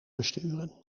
besturen